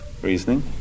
Reasoning